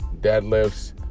deadlifts